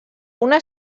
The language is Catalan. una